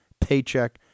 paycheck